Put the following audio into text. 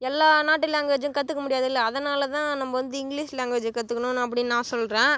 எல்லா நாட்டு லாங்குவேஜிம் கற்றுக்க முடியாதுல்லே அதனாலதான் நம்ம வந்து இங்கிலீஷ் லாங்குவேஜி கற்றுக்கணும்னு அப்படின்னு நான் சொல்கிறேன்